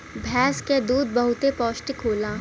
भैंस क दूध बहुते पौष्टिक होला